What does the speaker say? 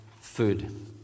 food